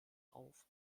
auf